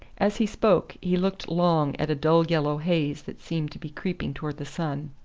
as he spoke he looked long at a dull yellow haze that seemed to be creeping towards the sun.